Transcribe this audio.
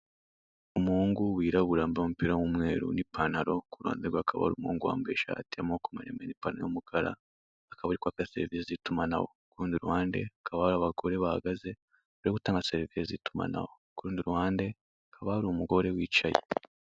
Umuhungu wirabura wambaye umupira wumweru nipantaro kuruhande rwe hakaba hari umuhungu wambaye ishati yamaboko maremare nipantaro yumukara akaba ari kwaka serivise zitumanaho, kurundi ruhande hakaba hari abagore bahagaze bari gutanga serivise zitumanaho, kurundi ruhande hakaba hari umugore wicaye.